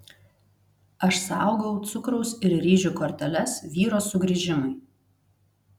aš saugau cukraus ir ryžių korteles vyro sugrįžimui